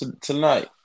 tonight